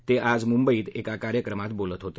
ते आज मुंबईत एका कार्यक्रमात बोलत होते